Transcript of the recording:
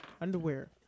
underwear